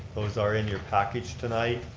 those are in your package tonight.